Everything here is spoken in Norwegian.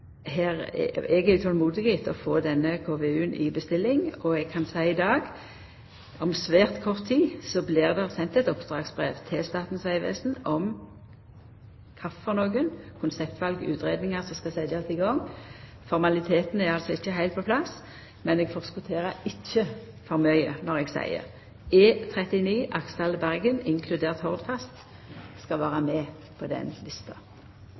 i dag seia at det om svært kort tid blir sendt eit oppdragsbrev til Statens vegvesen om kva konseptval og utgreiingar som skal setjast i gang. Formalitetane er altså ikkje heilt på plass, men eg forskotterer ikkje for mykje når eg seier at E39 Aksdal–Bergen, inkludert Hordfast, skal vera med på denne lista.